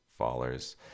fallers